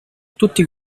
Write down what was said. tutti